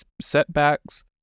setbacks